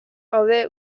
gaude